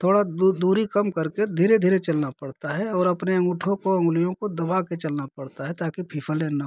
थोड़ा दूरी कम करके धीरे धीरे चलना पड़ता है और अपने अंगूठों को उंगलियों को दबा कर चलना पड़ता है ताकि फिसले न